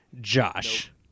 Josh